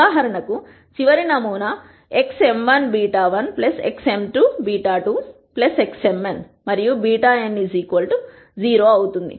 ఉదాహరణకు చివరి నమూనా xm1 β1 xm2 β2 xmn మరియు βn 0 అవుతుంది